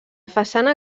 façana